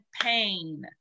pain